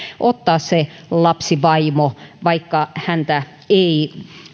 ottaa se lapsivaimo vaikka häntä ei